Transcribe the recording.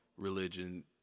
religion